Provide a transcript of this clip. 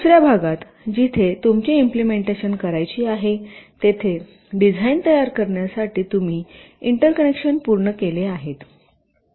दुसर्या भागात जिथे तुमची इम्पलेमेंटेशन करायची आहे तेथे डिझाइन तयार करण्यासाठी तुम्ही इंटरकनेक्शन पूर्ण केले आहेत